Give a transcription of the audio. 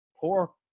Poor